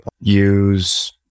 use